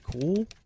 cool